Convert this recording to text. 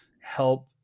help